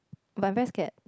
my best get